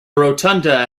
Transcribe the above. rotunda